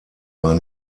war